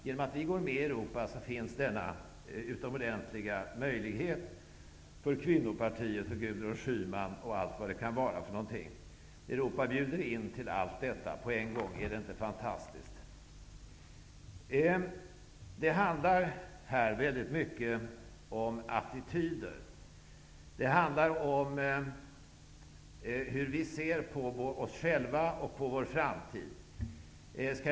Genom att vi går med i Europa finns denna utomordentliga möjlighet för kvinnopartiet, Gudrun Schyman m.fl. Europa bjuder in till allt detta på en gång -- är det inte fantastiskt? Det handlar mycket om attityder. Det handlar om hur vi ser på oss själva och på vår framtid.